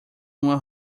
uma